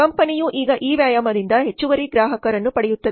ಕಂಪನಿಯು ಈಗ ಈ ವ್ಯಾಯಾಮದಿಂದ ಹೆಚ್ಚುವರಿ ಗ್ರಾಹಕರನ್ನು ಪಡೆಯುತ್ತದೆ